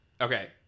Okay